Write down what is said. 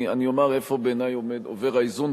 אני אומר איפה בעיני עובר האיזון,